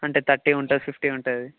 అంటే థర్టీ ఉంటుంది ఫిఫ్టీ ఉంటుంది ఇది